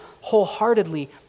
wholeheartedly